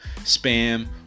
spam